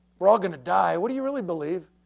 we're all going to die. what do you really believe?